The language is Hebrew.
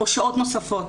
או שעות נוספות,